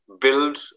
build